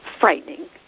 frightening